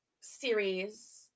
series